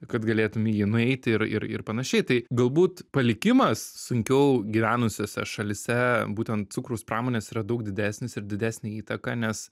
kad galėtum į jį nueiti ir ir panašiai tai galbūt palikimas sunkiau gyvenusiose šalyse būtent cukraus pramonės yra daug didesnis ir didesnė įtaka nes